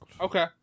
Okay